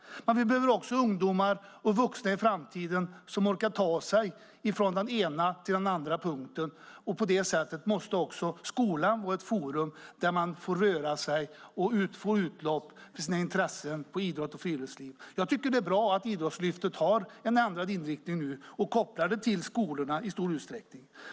Men vi behöver också ungdomar och vuxna i framtiden som orkar ta sig från den ena till den andra punkten, och på det sättet måste skolan vara ett forum där man får röra sig och får utlopp för sina intressen inom idrott och friluftsliv. Jag tycker att det är bra att Idrottslyftet nu har en ändrad inriktning och i stor utsträckning är kopplat till skolorna.